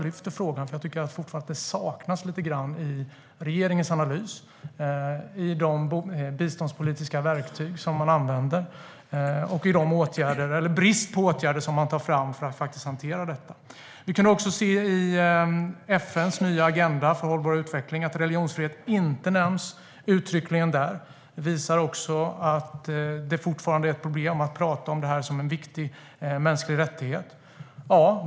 Jag tycker att detta saknas i regeringens analys, i de biståndspolitiska verktyg man använder och i de åtgärder man tar fram - eller i bristen på åtgärder - för att hantera detta. I FN:s nya agenda för hållbar utveckling nämns inte religionsfrihet uttryckligen. Det visar att det fortfarande är ett problem att tala om detta som en viktig mänsklig rättighet.